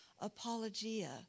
apologia